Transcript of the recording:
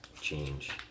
change